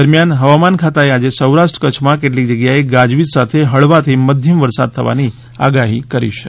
દરમિયાન હવામાન ખાતાએ આજે સૌરાષ્ટ્ર કચ્છમાં કેટલીક જગ્યાએ ગાજવીજ સાથે હળવોથી મધ્યમ વરસાદ થવાની આગાહી કરી છે